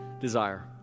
desire